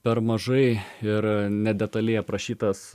per mažai ir ne detaliai aprašytas